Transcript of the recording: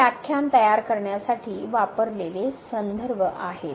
हे व्याख्यान तयार करण्यासाठी वापरलेले संदर्भ आहेत